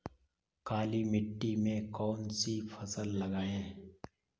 काली मिट्टी में कौन सी फसल लगाएँ?